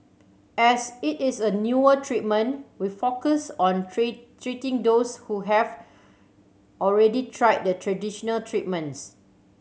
as it is a newer treatment we focus on treating those who have already tried the traditional treatments